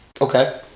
Okay